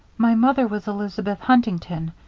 my mother was elizabeth huntington.